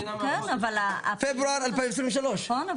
פברואר 2023. נכון,